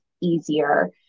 easier